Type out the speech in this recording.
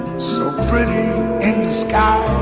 so pretty in the sky